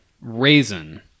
Raisin